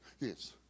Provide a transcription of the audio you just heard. yes